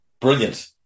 Brilliant